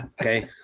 Okay